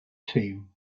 team